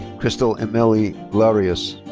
krystal emily lurius.